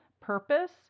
purpose